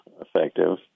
effective